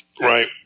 Right